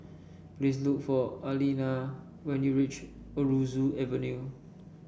please look for Aleena when you reach Aroozoo Avenue